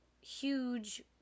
huge